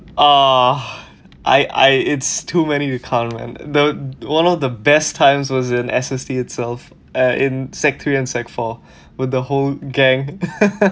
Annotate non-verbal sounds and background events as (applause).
uh I I it's too many to count and the one of the best times was in S_S_T itself eh in sec three and sec four (breath) with the whole gang (laughs)